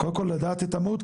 קודם כל לדעת את ה-mood,